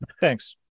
Thanks